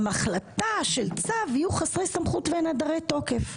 החלטה של צו יהיו חסרי סמכות ונעדרי תוקף.